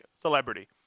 celebrity